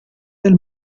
del